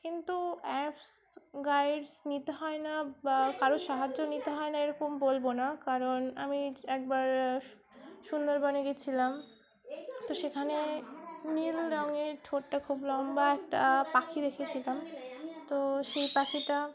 কিন্তু apps guides নিতে হয় না বা কারোর সাহায্যও নিতে হয় না এরকম বলবো না কারণ আমি একবার সুন্দরবনে গিয়েছিলাম তো সেখানে নীল রঙের ঠোঁটটা খুব লম্বা একটা পাখি দেখেছিলাম তো সেই পাখিটা